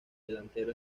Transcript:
delantero